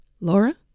Laura